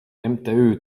mtü